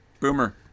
Boomer